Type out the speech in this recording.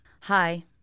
Hi